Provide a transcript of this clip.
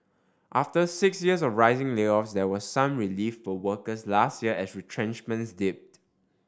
after six years of rising layoffs there was some relief for workers last year as retrenchments dipped